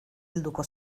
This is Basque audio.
helduko